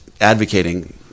advocating